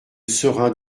serin